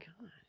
God